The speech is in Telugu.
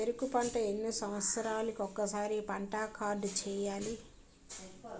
చెరుకు పంట ఎన్ని సంవత్సరాలకి ఒక్కసారి పంట కార్డ్ చెయ్యాలి?